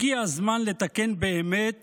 הגיע הזמן לתקן באמת